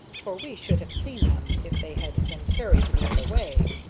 for we should have seen them if they had been carried the other way.